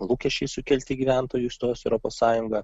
lūkesčiai sukelti gyventojų įstojus į europos sąjungą